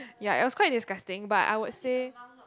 ya it was quite disgusting but I would say